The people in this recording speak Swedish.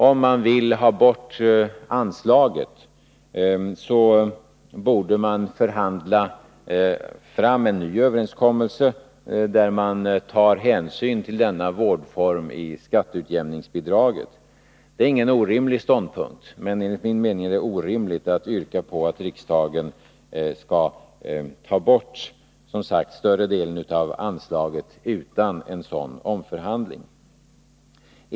Om man vill ta bort anslaget, borde man förhandla fram en ny överenskommelse, där man tar hänsyn till denna vårdform i skatteutjämningsbidraget. Det är ingen orimlig ståndpunkt, men enligt min mening är det orimligt att yrka på att riksdagen skall ta bort, som sagts, större delen av anslaget utan en sådan omförhandling.